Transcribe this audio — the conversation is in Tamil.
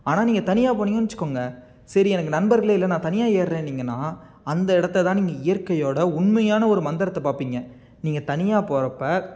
ஆனால் நீங்கள் தனியாக போனிங்கனு வச்சுக்கோங்க சரி எனக்கு நண்பர்கள் இல்லை நான் தனியாக ஏறேன்னிங்கன்னா அந்த இடத்தை தான் நீங்கள் இயற்கையோட உண்மையான ஒரு மந்திரத்தை பார்ப்பீங்க நீங்கள் தனியாக போறப்போ